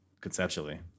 conceptually